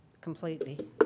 completely